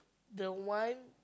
the one